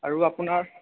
আৰু আপোনাৰ